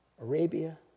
Arabia